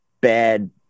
bad